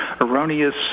erroneous